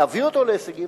להביא אותו להישגים,